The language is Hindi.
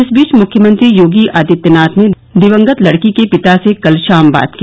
इस बीच मुख्यमंत्री योगी आदित्यनाथ ने दिवंगत लड़की के पिता से कल शाम बात की